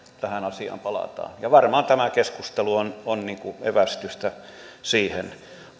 tähän asiaan palataan ja varmaan tämä keskustelu on on evästystä siihen